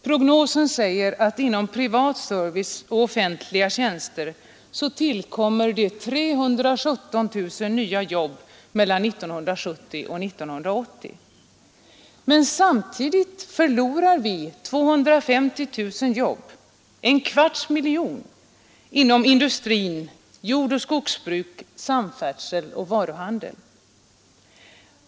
Prognosen säger att det inom privat service och offentliga tjänster tillkommer 317 000 nya jobb mellan 1970 och 1980. Men samtidigt förlorar vi 250 000 jobb — en kvarts miljon — inom industri, jordoch skogsbruk, samfärdsel och varuhandel.